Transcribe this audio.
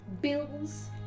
bills